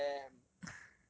damn